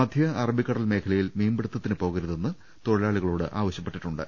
മധ്യഅറബിക്കടൽ മേഖലയിൽ മീൻപി ടുത്തത്തിന് പോകരുതെന്ന് തൊഴിലാളികളോട് ആവശ്യ പ്പെട്ടിട്ടുണ്ട്